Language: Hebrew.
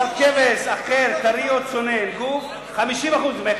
בשר כבש אחר טרי או צונן, גוף, 50% מכס.